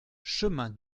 chemin